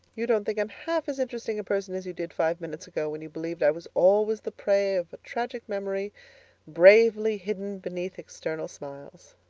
you don't think i'm half as interesting a person as you did five minutes ago when you believed i was always the prey of a tragic memory bravely hidden beneath external smiles.